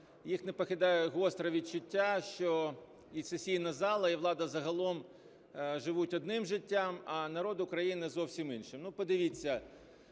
їх не покидає гостре відчуття, що і сесійна зала, і влада загалом живуть одним життям, а народ України зовсім іншим.